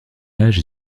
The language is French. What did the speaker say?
âge